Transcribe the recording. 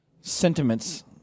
sentiments